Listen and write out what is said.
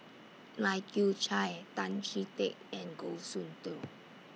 Lai Kew Chai Tan Chee Teck and Goh Soon Tioe